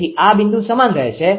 તેથી આ બિંદુ સમાન રહેશે